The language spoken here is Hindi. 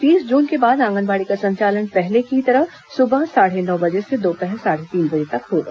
तीस जून के बाद आगंनबाड़ी का संचालन पहले की तरह सुबह साढ़े नौ बजे से दोपहर साढ़े तीन बजे तक होगा